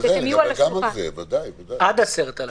שהם יהיו על השולחן.